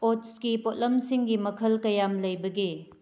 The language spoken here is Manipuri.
ꯑꯣꯇ꯭ꯁꯀꯤ ꯄꯣꯠꯂꯝꯁꯤꯡꯒꯤ ꯃꯈꯜ ꯀꯌꯥꯝ ꯂꯩꯕꯒꯦ